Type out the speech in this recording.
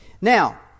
Now